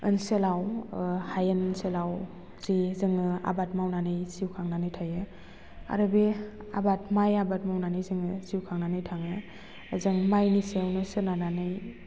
ओनसोलाव हायेन ओनसोलाव जेरै जोङो आबाद मावनानै जिउ खांनानै थायो आरो बे आबाद माइ आबाद मावनानै जोङो जिउ खुंनानै थाङो जों माइनि सायावनो सोनारनानै